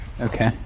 Okay